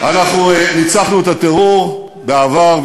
אנחנו ניצחנו את הטרור בעבר,